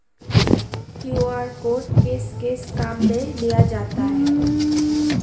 QR code किस किस काम में लिया जाता है?